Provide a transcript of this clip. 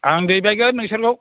आं दैबायगोन नोंसोरखौ